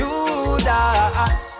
Judas